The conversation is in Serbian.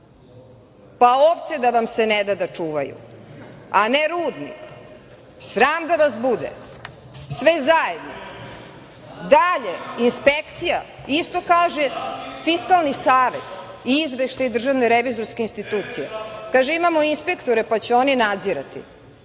Pa ovce da vam se ne da čuvaju, a ne rudnik. Sram da vas bude, sve zajedno. Dalje, inspekcija, isto kaže Fiskalni savet i Izveštaj Državne revizorske institucije, kaže – imamo inspektore, pa će oni nadzirati.